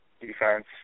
defense